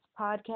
podcast